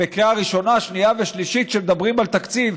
בקריאה ראשונה, שנייה ושלישית, כשמדברים על תקציב.